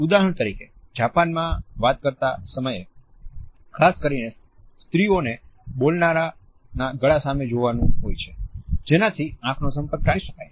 ઉદાહરણ તરીકે જાપાનમાં વાત કરતા સમયે ખાસ કરીને સ્ત્રીઓને બોલનારાના ગળા સામે જોવાનું હોય છે જેનાથી આંખનો સંપર્ક ટાળી શકાય